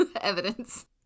evidence